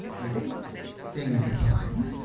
the big thing at the time